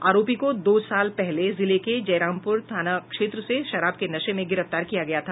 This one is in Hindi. आरोपी को दो साल पहले जिले के जयरामपुर थाना क्षेत्र से शराब के नशे में गिरफ्तार किया गया था